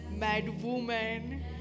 Madwoman